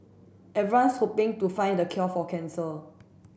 everyone's hoping to find the cure for cancer